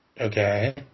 Okay